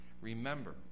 Remember